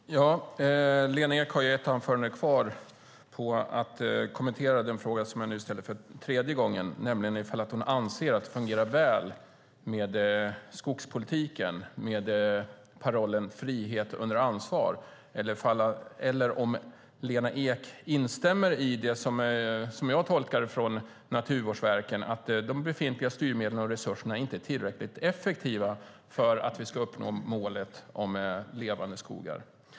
Fru talman! Lena Ek har ett anförande kvar på sig att kommentera den fråga som jag nu ställer för tredje gången: Anser Lena Ek att det fungerar väl med skogspolitiken, med parollen "frihet under ansvar"? Eller instämmer Lena Ek i det som jag tolkar att Naturvårdsverket menar, att de befintliga styrmedlen och resurserna inte är tillräckligt effektiva för att vi ska uppnå målet om levande skogar?